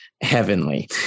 heavenly